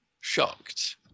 shocked